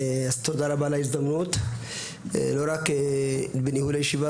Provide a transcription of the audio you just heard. אז תודה רבה על ההזדמנות לא רק בניהול הישיבה